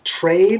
trade